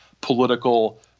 political